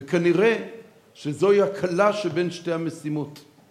כנראה שזוהי הקלה שבין שתי המשימות.